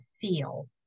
feel